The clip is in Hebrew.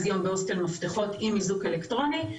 יום בהוסטל מפתחות עם איזוק אלקטרוני,